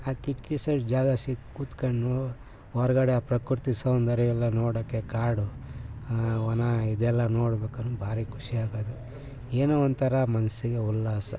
ಆ ಕಿಟಕಿ ಸೈಡ್ ಜಾಗ ಸಿಕ್ಕು ಕುತ್ಕೊಂಡು ಹೊರಗಡೆ ಆ ಪ್ರಕೃತಿ ಸೌಂದರ್ಯ ಎಲ್ಲ ನೋಡಕ್ಕೆ ಕಾಡು ಆ ವನ ಇದೆಲ್ಲ ನೋಡ್ಬೇಕಂತ ಭಾರಿ ಖುಷಿಯಾಗೋದು ಏನೋ ಒಂಥರ ಮನಸಿಗೆ ಉಲ್ಲಾಸ